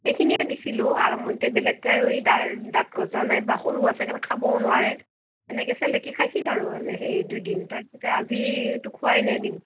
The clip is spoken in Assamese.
এইখিনিয়ে দিছিলোঁ আৰম্ভণিতে বেলেগতো আৰু সি তাৰ দাঁত গজা নাই বা সৰু আছে খাবও নোৱাৰে সেনেকৈ চেলেকি খাইছিল আৰু সেই দুদিন তাৰপিছত আজিতো খুৱাই নাই দিন